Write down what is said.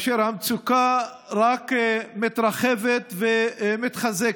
והמצוקה רק מתרחבת ומתחזקת.